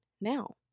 now